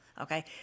Okay